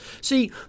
See